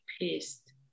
pissed